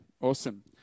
Awesome